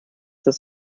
das